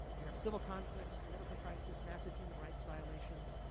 you have civil conflicts, political crisis, massive human rights violations,